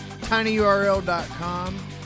Tinyurl.com